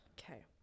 Okay